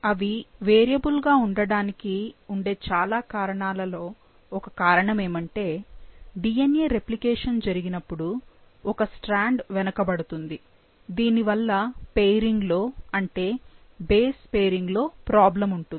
అవి వేరియబుల్ గా ఉండడానికి ఉండే చాలా కారణాలలో ఒక కారణం ఏమంటే DNA రెప్లికేషన్ జరిగినపుడు ఒక స్ట్రాండ్ వెనకబడుతుంది దీని వల్ల పెయిరింగ్ లో అంటే బేస్ పెయిరింగ్లో ప్రాబ్లం ఉంటుంది